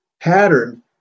pattern